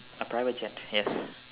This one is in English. a private jet yes